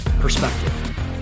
perspective